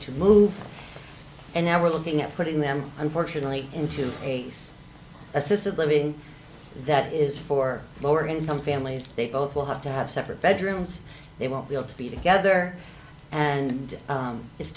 to move and now we're looking at putting them unfortunately into assisted living that is for lower income families they both will have to have separate bedrooms they won't be able to be together and it's